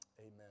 Amen